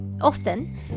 Often